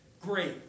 great